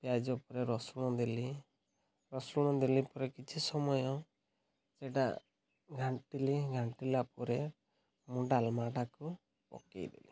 ପିଆଜ ପରେ ରସୁଣ ଦେଲି ରସୁଣ ଦେଲି ପରେ କିଛି ସମୟ ସେଟା ଘାଣ୍ଟିଲି ଘାଣ୍ଟିଲା ପରେ ମୁଁ ଡାଲମାଟାକୁ ପକାଇଦେଲି